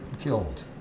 killed